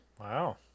Wow